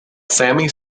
sammy